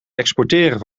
exporteren